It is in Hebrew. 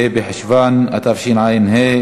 ה' בחשוון התשע"ה,